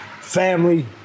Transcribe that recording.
Family